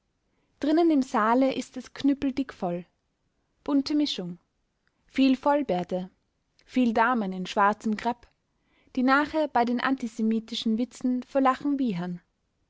drinnen im saale ist es knüppeldick voll bunte mischung viel vollbärte viel damen in schwarzem crpe die nachher bei den antisemitischen witzen vor lachen wiehern